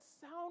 sound